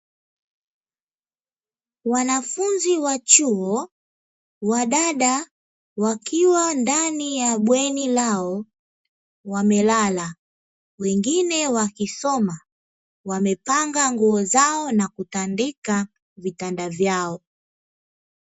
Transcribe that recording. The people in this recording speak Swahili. Wanafunzi wa chuo (wadada) wakiwa ndani ya bweni lao wamelala, wengine wakisoma; wamepanga nguo zao na kutandika vitanda vyao.